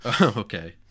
Okay